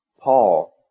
Paul